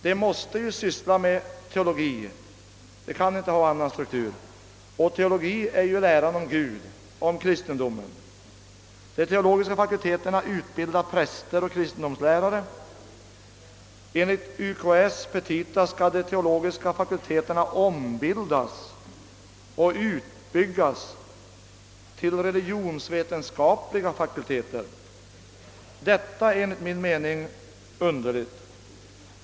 De måste ju syssla med teologi; de kan inte ha annan struktur. Och teologi är ju läran om Gud, om kristendomen. De teologiska fakulteterna utbildar präster och kristendomslärare. Enligt = universitetskanslersämbetets petita skall de teologiska fakulteterna ombildas och utbyggas till religionsvetenskapliga fakulteter. Detta är enligt min mening underligt.